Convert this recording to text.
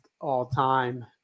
all-time